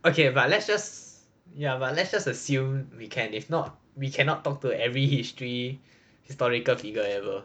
okay but let's just ya but let just assume we can if not we cannot talk to every history historical figure ever